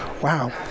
wow